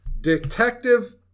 Detective